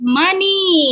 money